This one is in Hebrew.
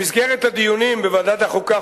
במסגרת הדיונים בוועדת החוקה,